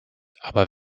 aber